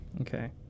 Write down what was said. Okay